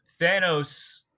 Thanos